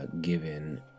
given